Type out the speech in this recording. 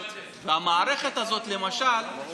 המערכת הזאת למשל, להפך,